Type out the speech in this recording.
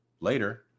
later